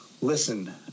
Listen